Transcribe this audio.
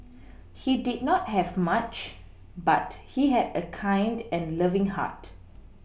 he did not have much but he had a kind and loving heart